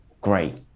great